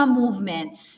movements